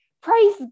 Praise